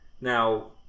Now